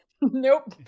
Nope